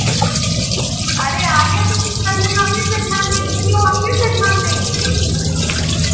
अरे आगे से तो पहले अभी से ध्यान दीजिए क्यों आगे से ध्यान देंगी